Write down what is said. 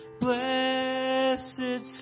blessed